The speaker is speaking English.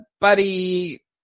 buddy